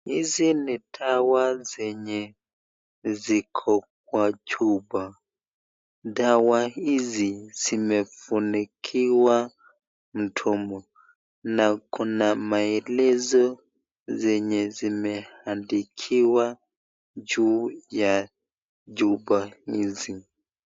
Hizi ni dawa zenye ziko kwa chupa, dawa hizi zimefunikiwa mdomo na kuna maelezo zenye zimeandikiwa juu ya chupa hizi.